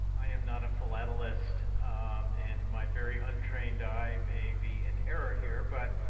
i am not a philatelist and my very untrained eye may be in error here but,